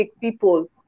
people